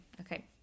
Okay